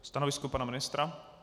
Stanovisko pana ministra?